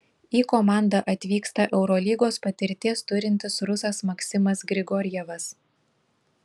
į komandą atvyksta eurolygos patirties turintis rusas maksimas grigorjevas